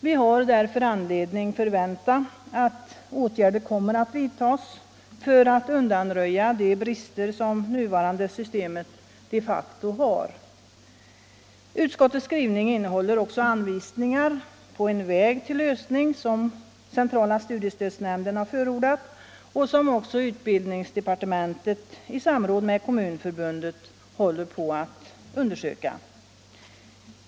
Vi har därför anledning förvänta att åtgärder kommer att vidtagas för att undanröja de brister som det nuvarande systemet de facto har. Utskottets skrivning innehåller också anvisningar på en väg till lösning som centrala studiestödsnämnden har "HJ förordat och som också utbildningsdepartementet i samråd med Kommunförbundet håller på att undersöka.